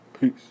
peace